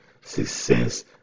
success